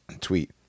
tweet